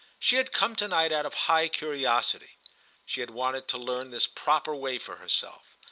she had come to-night out of high curiosity she had wanted to learn this proper way for herself.